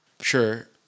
Sure